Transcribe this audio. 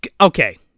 okay